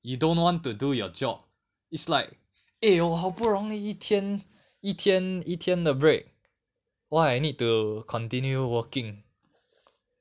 you don't want to do your job is like eh 我好不容易一天一天一天的 break why I need to continue working